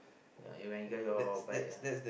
ya you enjoy your bike ya